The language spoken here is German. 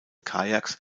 kajaks